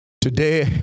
Today